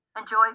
Enjoy